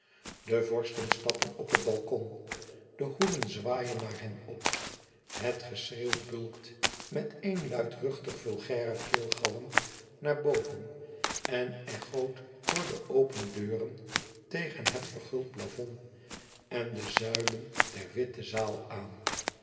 de vorsten stappen op het balkon de hoeden zwaaien naar hen op het geschreeuw bulkt met eén luidruchtig vulgairen keelgalm naar boven en echoot door de open deuren tegen het verguld plafond en de zuilen der witte zaal aan